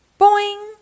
Boing